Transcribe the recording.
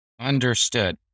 Understood